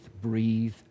Breathe